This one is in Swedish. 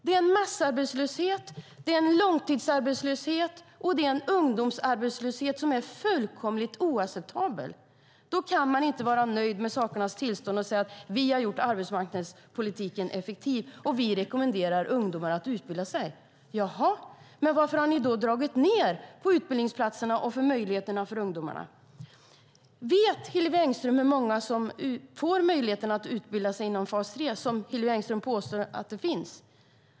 Det är en massarbetslöshet, en långtidsarbetslöshet och en ungdomsarbetslöshet som är fullkomligt oacceptabel. Då kan man inte vara nöjd med sakernas tillstånd och säga: Vi har gjort arbetsmarknadspolitiken effektiv, och vi rekommenderar ungdomar att utbilda sig. Varför har ni då dragit ned på utbildningsplatserna och möjligheterna för ungdomarna? Vet Hillevi Engström hur många som får möjligheten att utbilda sig inom fas 3, något som Hillevi Engström påstår finns?